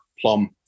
plum